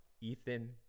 Ethan –